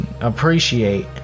appreciate